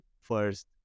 first